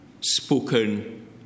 Spoken